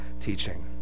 teaching